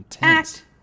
Act